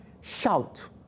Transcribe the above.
Shout